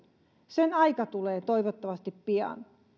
sen aika tulee toivottavasti pian